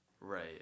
Right